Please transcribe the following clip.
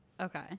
Okay